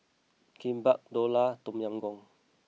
Kimbap Dhokla Tom Yam Goong